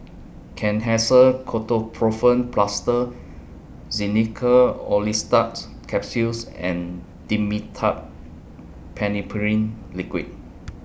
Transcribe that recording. Kenhancer Ketoprofen Plaster Xenical Orlistat's Capsules and Dimetapp Phenylephrine Liquid